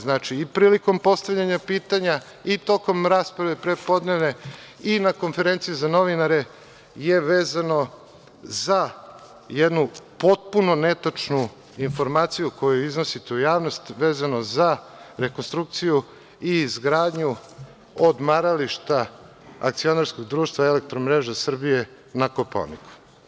Znači, i prilikom postavljanja pitanja i tokom rasprave prepodnevne i na konferenciji za novinare, vezano je za jednu potpuno netačnu informaciju koju iznosite u javnost, vezano za rekonstrukciju i izgradnju odmarališta akcionarskog društva „Elektromreža Srbije“ na Kopaoniku.